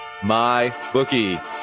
MyBookie